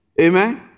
Amen